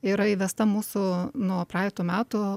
yra įvesta mūsų nuo praeitų metų